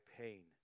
pain